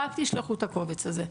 רק תישלחו את הקובץ הזה,